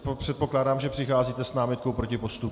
Předpokládám, že přicházíte s námitkou proti postupu.